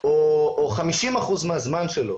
או 50% מהזמן שלו